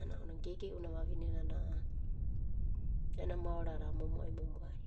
Ana ounanai geigei'una vavine nana ena maorada momo'ai momo'ai.